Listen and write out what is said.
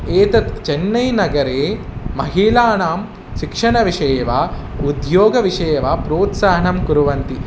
एतत् चेन्नैनगरे महिलानां शिक्षणविशषे वा उद्योगविषये वा प्रोत्साहनं कुर्वन्ति